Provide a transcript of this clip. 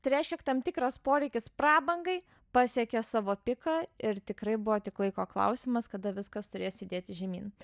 tai reiškia kad tam tikras poreikis prabangai pasiekė savo piką ir tikrai buvo tik laiko klausimas kada viskas turės judėti žemyn